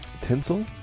Tinsel